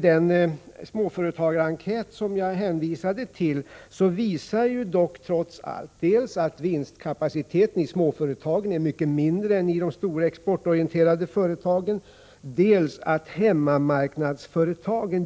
Den småföretagarenkät som jag hänvisade till visar trots allt dels att vinstkapaciteten i småföretagen är mycket mindre än i de stora exportorienterade företagen, dels att hemmamarknadsföretagen